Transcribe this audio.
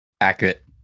Accurate